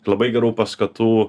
labai gerų paskatų